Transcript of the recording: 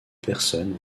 personnes